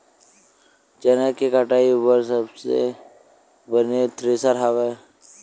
चना के कटाई बर सबले बने थ्रेसर हवय?